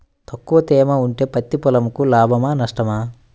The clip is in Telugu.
తక్కువ తేమ ఉంటే పత్తి పొలంకు లాభమా? నష్టమా?